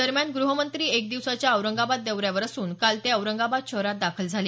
दरम्यान ग्रहमंत्री एक दिवसाच्या औरंगाबाद दौऱ्यावर असून काल ते शहरात दाखल झाले